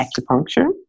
acupuncture